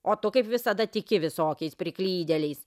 o tu kaip visada tiki visokiais priklydėliais